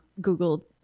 googled